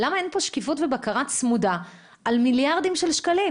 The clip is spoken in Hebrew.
למה אין פה שקיפות ובקרה צמודה על מיליארדים של שקלים?